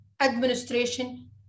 administration